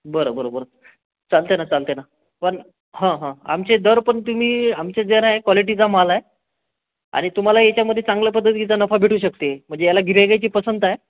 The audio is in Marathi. बरं बरं बरं चालते ना चालते ना पण हां हां आमचे दर पण तुम्ही आमच्या जरा क्वालिटीचा माल आहे आणि तुम्हाला याच्यामध्ये चांगला पद्धतीचा नफा भेटू शकते म्हणजे याला गिऱ्हाईकाची पसंत आहे